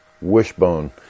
wishbone